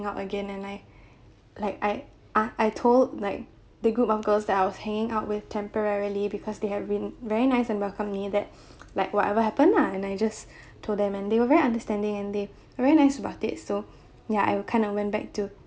out again and I like I I told like the group of girls that I was hanging out with temporarily because they have been very nice and welcomed me that like whatever happen lah and I just told them and they were very understanding and they are very nice about it so ya I kind of went back to